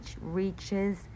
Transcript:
reaches